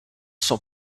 sont